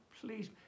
please